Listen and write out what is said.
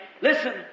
Listen